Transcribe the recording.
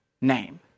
name